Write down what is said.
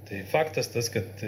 tai faktas tas kad